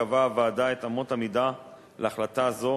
קבעה הוועדה את אמות המידה להחלטה זו